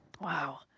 Wow